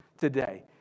today